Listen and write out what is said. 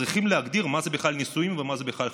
צריכים להגדיר מה זה בכלל נישואים ומה זה בכלל חתונה,